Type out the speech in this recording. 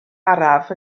araf